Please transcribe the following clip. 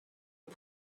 une